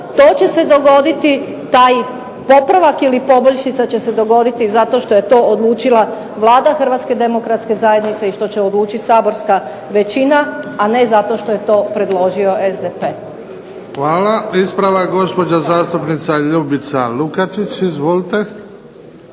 to će se dogoditi taj popravak ili poboljšica će se dogoditi zato što je to odlučila Vlada Hrvatske demokratske zajednice i što će odlučiti saborska većina, a ne zato što je to predložio SDP. **Bebić, Luka (HDZ)** Hvala. Ispravak, gospođa zastupnica Ljubica Lukačić. Izvolite.